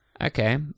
Okay